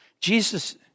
Jesus